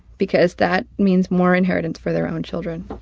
because that means more inheritance for their own children.